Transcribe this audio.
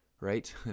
Right